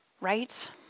right